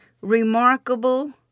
remarkable